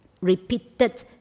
repeated